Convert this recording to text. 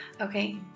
Okay